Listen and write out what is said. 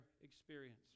experience